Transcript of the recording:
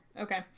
Okay